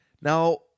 Now